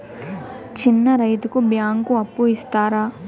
చిన్న రైతుకు బ్యాంకు అప్పు ఇస్తారా?